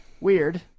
weird